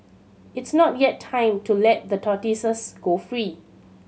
it's not yet time to let the tortoises go free